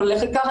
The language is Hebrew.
לא ללכת כאן,